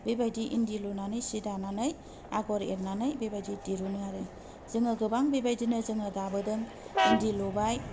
बेबायदि इन्दि लुनानै सि दानानै आगर एरनानै बेबायदि दिरुनि आरो जोङो गोबां बेबायदिनो जोङो दाबोदों इन्दि लुबाय